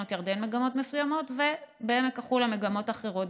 בעמק ירדן מגמות מסוימות ובעמק החולה מגמות אחרות,